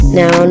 now